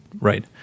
Right